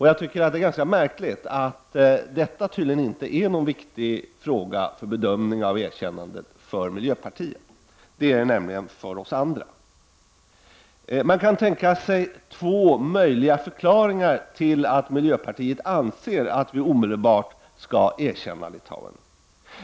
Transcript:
Jag tycker att det är ganska märkligt att detta för miljöpartiet tydigen inte är någon viktig fråga för bedömningen av erkännandet. Det är det nämligen för oss andra. Man kan tänka sig två möjliga förklaringar till att miljöpartiet anser att vi omedelbart skall erkänna Litauen.